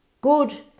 good